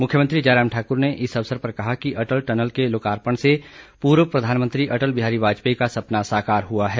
मुख्यमंत्री जयराम ठाकुर ने इस अवसर पर कहा कि अटल टनल के लोकार्पण से पूर्व प्रधानमंत्री अटल बिहारी वाजपेयी का सपना साकार हुआ है